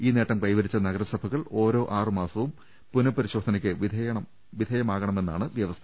ഈ നേട്ടം കൈവരിച്ച നഗരസഭകൾ ഓരോ ആറുമാസവും പുനപരിശോധനക്ക് വിധേയമാകണമെന്നാണ് വൃവസ്ഥ